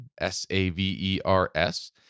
S-A-V-E-R-S